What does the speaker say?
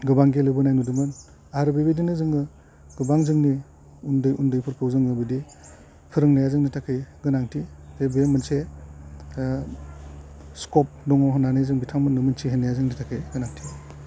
गोबां गेलेबोनाय नुदोंमोन आरो बेबायदिनो जोङो गोबां जोंनि उन्दै उन्दैफोरखौ जोङो बिदि फोरोंनाया जोंनो थाखाय गोनांथि बेब मोनसे स्कप दङ होन्नानै जों बिथांमोननो मिथिहोनाया जोंनि थाखाय गोनांथि